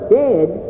dead